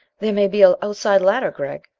there may be an outside ladder, gregg.